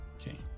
Okay